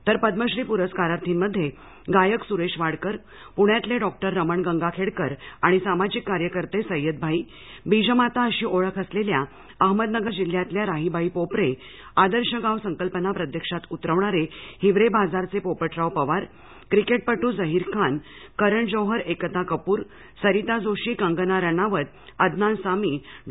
तर पद्मश्री प्रस्कारार्थीमध्ये गायक सुरेश वाडकर पृण्यातले डॉक्टर रमण गंगाखेडकर आणि सामाजिक कार्यकर्ते सय्यद भाई बीजमाता अशी ओळख असलेल्या अहमदनगर जिल्ह्यातल्या राहीबाई पोपेरे आदर्श गाव संकल्पना प्रत्यक्षात उतरवणारे हिवरे बाजारचे पोपटराव पवार क्रिकेटपटू झहीर खान करण जोहर एकता कपूरसरिता जोशी कंगना रानावत अदनान सामी डॉ